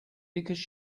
because